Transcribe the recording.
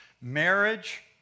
Marriage